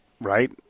right